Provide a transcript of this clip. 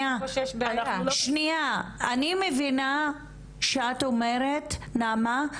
אני מבינה שאת אומרת נעמה,